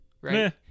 right